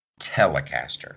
Telecaster